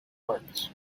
works